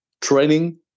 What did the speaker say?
training